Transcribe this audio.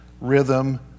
rhythm